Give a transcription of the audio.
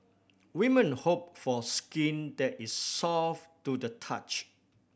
women hope for skin that is soft to the touch